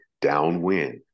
downwind